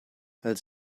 als